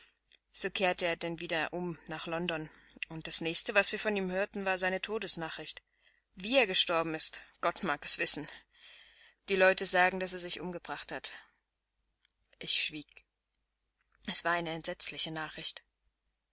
so kehrte er denn wieder um nach london und das nächste was wir von ihm hörten war seine todesnachricht wie er gestorben ist gott mag es wissen die leute sagen daß er sich umgebracht hat ich schwieg das war eine entsetzliche nachricht